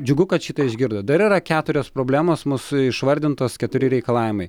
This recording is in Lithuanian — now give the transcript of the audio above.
džiugu kad šitą išgirdo dar yra keturios problemos mūsų išvardintos keturi reikalavimai